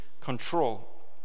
control